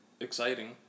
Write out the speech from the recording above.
Exciting